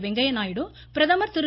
வெங்கையா நாயுடு பிரதமர் திரு